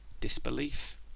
Disbelief